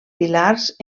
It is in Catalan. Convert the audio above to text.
pilars